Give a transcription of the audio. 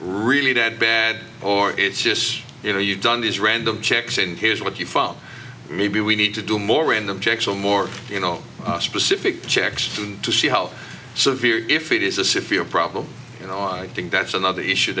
really that bad or it's just you know you've done these random checks in here's what you fall maybe we need to do more random checks so more you know specific checks to see how severe if it is a severe problem you know i think that's another issue